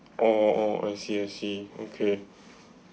oh oh I see I see okay